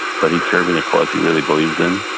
but he's serving a cause he really believes in.